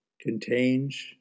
contains